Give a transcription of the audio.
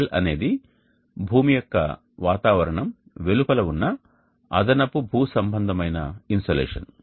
L అనేది భూమి యొక్క వాతావరణం వెలుపల ఉన్న అదనపు భూసంబంధమైన ఇన్సోలేషన్